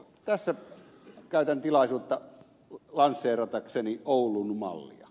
tässä käytän tilaisuutta lanseeratakseni oulun mallia